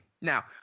now